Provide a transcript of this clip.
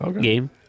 game